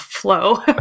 flow